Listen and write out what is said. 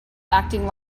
acting